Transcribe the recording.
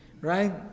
Right